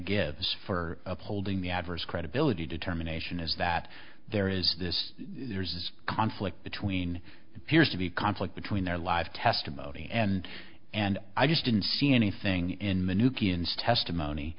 gives for upholding the adverse credibility determination is that there is this there is conflict between appears to be conflict between their live testimony and and i just didn't see anything in t